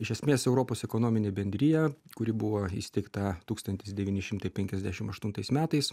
iš esmės europos ekonominė bendrija kuri buvo įsteigta tūkstantis devyni šimtai penkiasdešim aštuntais metais